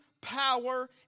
power